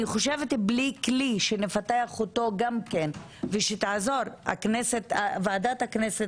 אני חושבת שבלי כלי שנפתח אותו ושתעזור ועדת הכנסת,